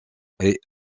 ait